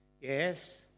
Yes